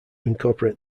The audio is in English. incorporate